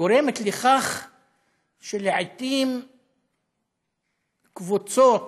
גורמת לכך שלעיתים קבוצות